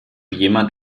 jemand